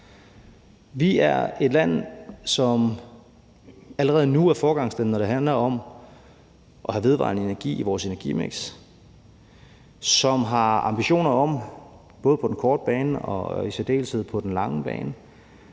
Vi er et land, som allerede nu er foregangsland, når det handler om at have vedvarende energi i vores energimiks; som har ambitioner om – både på den korte bane og i særdeleshed på den lange bane